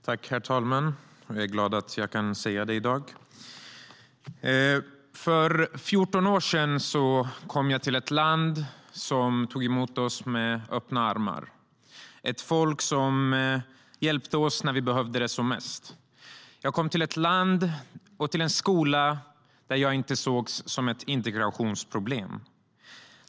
Herr talman! Jag är glad att jag kan säga det i dag. För 14 år sedan kom jag till ett land som tog emot mig och min familj med öppna armar, till ett folk som hjälpte oss när vi behövde det som mest. Jag kom till ett land och en skola där jag inte sågs som ett integrationsproblem.